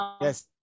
Yes